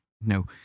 No